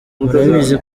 murabizi